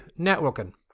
networking